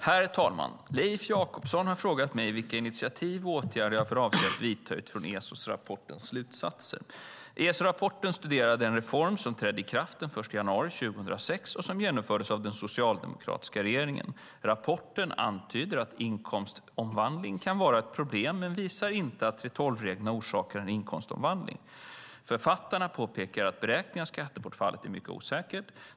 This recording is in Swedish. Herr talman! Leif Jakobsson har frågat mig vilka initiativ jag har för avsikt att ta och vilka åtgärder jag har för avsikt att vidta utifrån Esorapportens slutsatser. Esorapporten studerar den reform som trädde i kraft den 1 januari 2006 och som genomfördes av den socialdemokratiska regeringen. Rapporten antyder att inkomstomvandling kan vara ett problem men visar inte att 3:12-reglerna orsakar en inkomstomvandling. Författarna påpekar att beräkningen av skattebortfallet är mycket osäker.